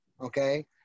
okay